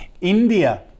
India